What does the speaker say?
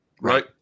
Right